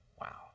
Wow